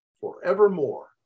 forevermore